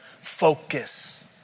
focus